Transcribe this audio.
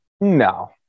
No